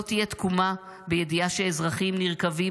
לא תהיה תקומה בידיעה שאזרחים נרקבים